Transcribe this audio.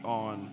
on